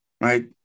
right